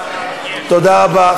תודה רבה.